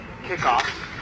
kickoff